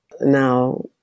now